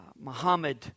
Muhammad